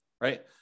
right